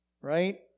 right